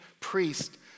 priest